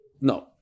No